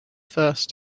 first